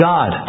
God